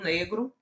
Negro